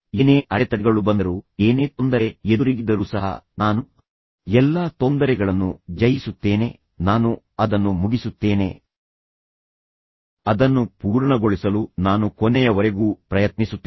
ಏನೇ ಅಡೆತಡೆಗಳು ಬಂದರೂ ಏನೇ ತೊಂದರೆ ಎದುರಿಗಿದ್ದರೂ ಸಹ ನಾನು ಎಲ್ಲಾ ತೊಂದರೆಗಳನ್ನು ಜಯಿಸುತ್ತೇನೆ ನಾನು ಅದನ್ನು ಮುಗಿಸುತ್ತೇನೆ ನಾನು ತಾಳ್ಮೆಯಿಂದಿರುತ್ತೇನೆ ನಾನು ಅಲ್ಲಿಯೇ ಇರುತ್ತೇನೆ ಅದನ್ನು ಪೂರ್ಣಗೊಳಿಸಲು ನಾನು ಕೊನೆಯವರೆಗೂ ಪ್ರಯತ್ನಿಸುತ್ತೇನೆ